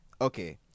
Okay